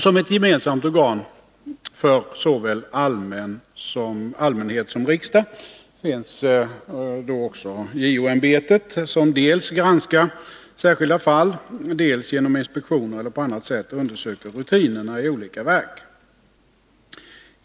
Som ett gemensamt organ för såväl allmänhet som riksdag finns också JO-ämbetet, som dels granskar särskilda fall, dels genom inspektion eller på annat sätt undersöker rutinerna i olika verk.